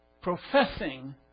professing